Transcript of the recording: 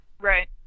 right